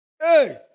Hey